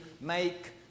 make